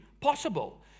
possible